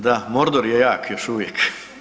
Da, Mordor je jak još uvijek.